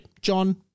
John